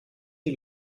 die